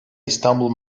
i̇stanbul